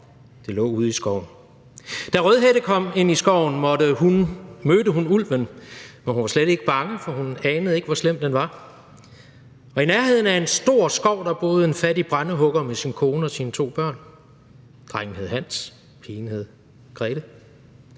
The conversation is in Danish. Det lå ude i skoven. Da Rødhætte kom ind i skoven, mødte hun ulven, men hun var slet ikke bange, for hun anede ikke, hvor slem den var. Og i nærheden af en stor skov boede en fattig brændehugger med sin kone og sine to børn. Drengen hed Hans, pigen hed Grethe.